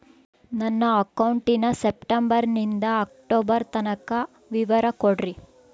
ನನ್ನ ಅಕೌಂಟಿನ ಸೆಪ್ಟೆಂಬರನಿಂದ ಅಕ್ಟೋಬರ್ ತನಕ ವಿವರ ಕೊಡ್ರಿ?